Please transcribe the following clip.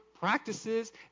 practices